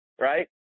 right